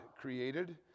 created